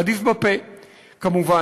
עדיף בפה כמובן,